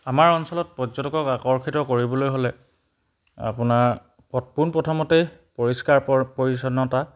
আমাৰ অঞ্চলত পৰ্যটকক আকৰ্ষিত কৰিবলৈ হ'লে আপোনাৰ পোনপ্ৰথমতেই পৰিষ্কাৰ পৰিচ্ছন্নতা